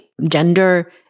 gender